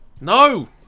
No